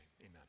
amen